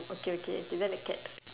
okay okay okay then a cat